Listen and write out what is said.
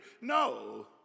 No